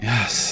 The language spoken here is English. Yes